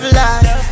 life